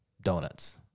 donuts